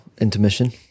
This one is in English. intermission